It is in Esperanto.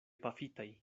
pafitaj